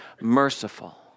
merciful